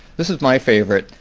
this is my favorite.